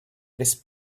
this